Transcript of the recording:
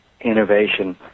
innovation